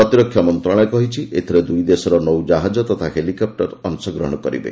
ପ୍ରତିରକ୍ଷା ମନ୍ତ୍ରଣାଳୟ କହିଛି ଏଥିରେ ଦୁଇଦେଶର ନୌ ଜାହାଜ ତଥା ହେଲିକପୂରସ ଅଂଶଗ୍ରହଣ କରିବେ